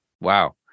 wow